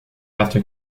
after